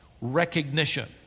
recognition